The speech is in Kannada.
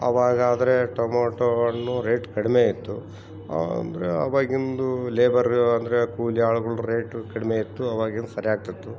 ಅವಾಗಾದ್ರೆ ಟಮಟೊ ಹಣ್ಣು ರೇಟ್ ಕಡಿಮೆ ಇತ್ತು ಅಂದರೆ ಅವಾಗಿಂದು ಲೇಬರ್ ಅಂದರೆ ಕೂಲಿ ಆಳುಗಳ್ ರೇಟು ಕಡಿಮೆ ಇತ್ತು ಅವಾಗೇನ್ ಸರಿಯಾಗ್ತಿತ್ತು